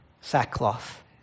sackcloth